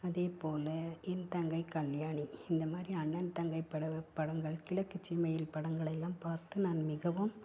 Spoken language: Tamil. அதே போல என் தங்கை கல்யாணி இந்த மாதிரி அண்ணன் தங்கை படம் படங்கள் கிழக்கு சீமையில் படங்களெல்லாம் பார்த்து நான் மிகவும்